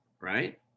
Right